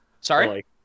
Sorry